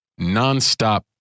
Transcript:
nonstop